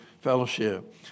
fellowship